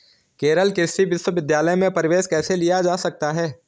केरल कृषि विश्वविद्यालय में प्रवेश कैसे लिया जा सकता है?